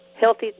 healthy